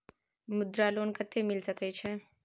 मुद्रा लोन कत्ते मिल सके छै?